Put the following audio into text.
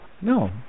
No